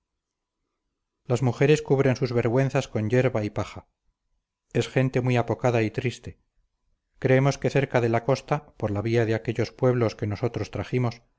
las mujeres cubren sus vergüenzas con yerba y paja es gente muy apocada y triste creemos que cerca de la costa por la vía de aquellos pueblos que nosotros trajimos